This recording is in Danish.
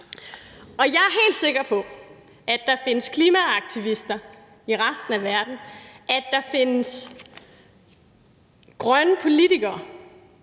Jeg er helt sikker på, at der findes klimaaktivister i resten af verden, at der findes grønne politikere,